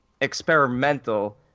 experimental